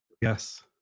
Yes